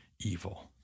evil